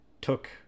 took